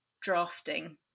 drafting